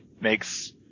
makes